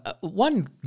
one